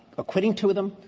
acquitting two of them,